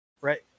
Right